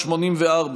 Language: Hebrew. החורף,